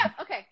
Okay